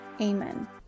Amen